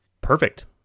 perfect